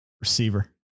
Receiver